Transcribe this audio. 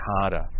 harder